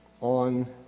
on